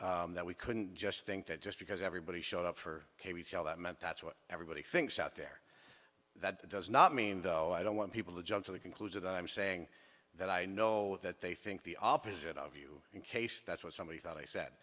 the that we couldn't just think that just because everybody showed up for all that meant that's what everybody thinks out there that does not mean though i don't want people to jump to the conclusion that i'm saying that i know that they think the opposite of you in case that's what somebody thought i said